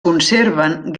conserven